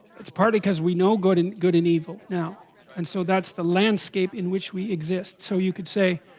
it's partly because, we know good and good and evil now and so that's the landscape in which we exist so you could say?